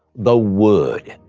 the word.